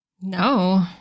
no